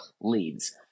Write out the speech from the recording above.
leads